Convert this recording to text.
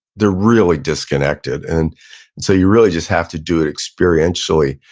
they're really disconnected, and so you really just have to do it experientially.